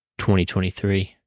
2023